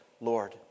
Lord